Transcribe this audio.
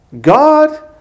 God